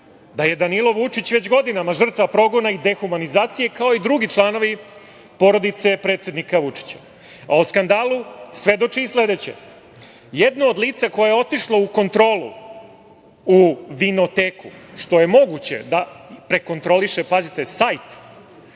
da je Danilo Vučić već godinama žrtva progona i dehumanizacije, kao i drugi članovi porodice predsednika Vučića. O skandalu svedoči i sledeće. Jedno od lica koje je otišlo u kontrolu u vinoteku, što je moguće da prekontroliše, pazite, sajt,